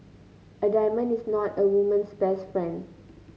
a diamond is not a woman's best friend